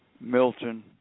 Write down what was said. Milton